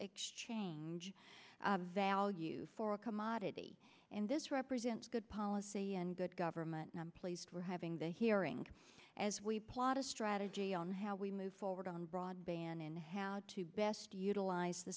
exchange value for a commodity in this represents good policy and good government and i'm pleased we're having the hearing as we plot a strategy on how we move forward on broadband and how to best utilize the